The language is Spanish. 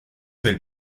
del